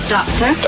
Doctor